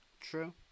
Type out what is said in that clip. True